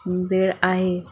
वेळ आहे